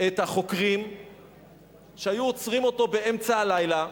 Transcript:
את החוקרים שהיו עוצרים אותו באמצע הלילה,